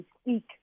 speak